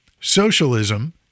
socialism